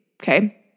okay